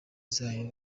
zayo